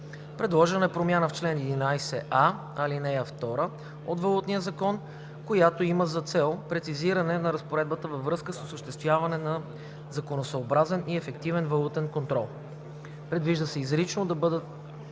Предложена e промяна в чл. 11а, ал. 2 от Валутния закон, която има за цел прецизиране на разпоредбата във връзка с осъществяването на законосъобразен и ефективен валутен контрол. Предвижда се изрично да бъде